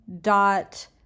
dot